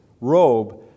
robe